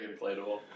inflatable